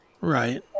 Right